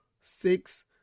six